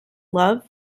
love